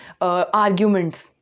arguments